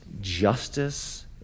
justice